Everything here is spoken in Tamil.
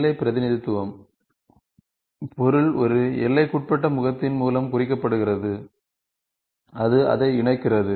எல்லை பிரதிநிதித்துவம் பொருள் ஒரு எல்லைக்குட்பட்ட முகத்தின் மூலம் குறிக்கப்படுகிறது அது அதை இணைக்கிறது